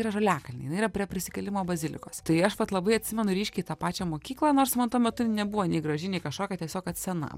yra žaliakalny jinai yra prie prisikėlimo bazilikos tai aš vat labai atsimenu ryškiai tą pačią mokyklą nors man tuo metu nebuvo nei graži nei kažkokia tiesiog kad sena